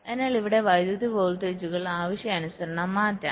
അതിനാൽ ഇവിടെ വൈദ്യുതി വോൾട്ടേജുകൾ ആവശ്യാനുസരണം മാറ്റാം